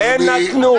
הם נתנו.